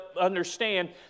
understand